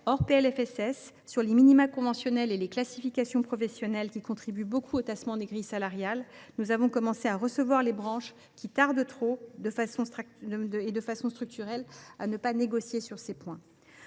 du PLFSS, sur les minima conventionnels et les classifications professionnelles, qui contribuent grandement au tassement des grilles salariales, nous avons commencé à recevoir les branches qui tardent trop et, de façon structurelle, à négocier sur ces points.